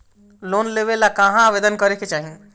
Loan लेवे ला कहाँ आवेदन करे के चाही?